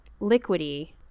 liquidy